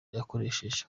yakoresheje